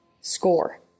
score